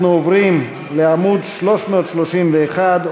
אנחנו עוברים לעמוד 331,